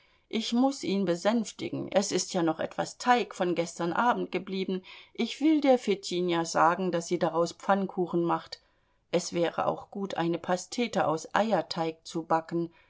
ich muß ihn besänftigen es ist ja noch etwas teig von gestern abend geblieben ich will der fetinja sagen daß sie daraus pfannkuchen macht es wäre auch gut eine pastete aus eierteig zu backen